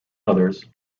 others